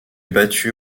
battue